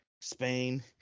Spain